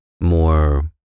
more